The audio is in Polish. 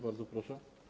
Bardzo proszę.